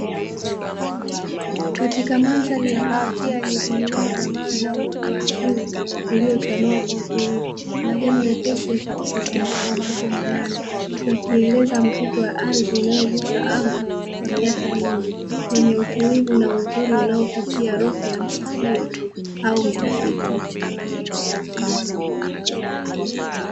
Katika mandhari ya kuvutia yenye vimilima vya mawe na uoto wa asili uliochanua kwa utulivu. Majani mepesi yakitikisika kwa upepo mwanana, yakieleza mvuto wa ardhi inaogusa anga kwa miaka mingi, yenye utulivu na uzuri unaovutia roho ya usafiri au utafiti.